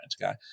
guy